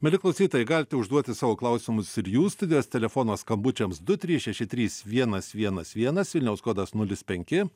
mieli klausytojai galite užduoti savo klausimus ir jūs studijos telefonas skambučiams du trys šeši trys vienas vienas vienas vilniaus kodas nulis penki